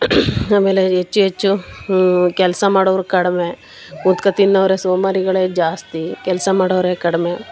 ಆಮೇಲೆ ಹೆಚ್ಚು ಹೆಚ್ಚು ಕೆಲಸ ಮಾಡೋವರು ಕಡಿಮೆ ಕೂತ್ಕೊ ತಿನ್ನೋವರೇ ಸೋಮಾರಿಗಳೇ ಜಾಸ್ತಿ ಕೆಲಸ ಮಾಡೋವರೇ ಕಡಿಮೆ